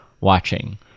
watching